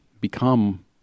become